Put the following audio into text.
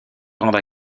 grande